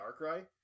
Darkrai